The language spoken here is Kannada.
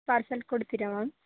ಪಾರ್ಸಲ್ ಕೊಡ್ತೀರಾ ಮ್ಯಾಮ್